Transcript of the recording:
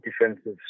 defensive